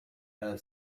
her